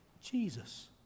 Jesus